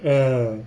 mm